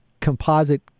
composite